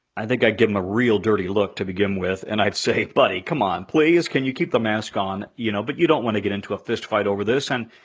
i think i'd give em a real dirty look to begin with, and i'd say, buddy, come on, please, can you keep the mask on? you know, but you don't want to get into a fist fight over this. and,